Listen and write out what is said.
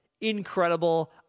incredible